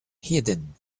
hidden